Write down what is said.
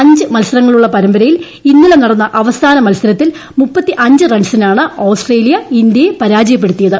അഞ്ച് മത്സരുങ്ങ്ളുള്ള പരമ്പരയിൽ ഇന്നലെ നടന്ന അവസാന മത്സരത്തിൽ ഒട് റൺസിനാണ് ഓസ്ട്രേലിയ ഇന്ത്യയെ പരാജയപ്പെടുത്തിയത്